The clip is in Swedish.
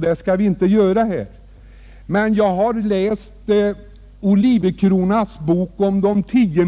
Det skall vi inte göra här. Jag har dock läst Olivecronas bok om de 10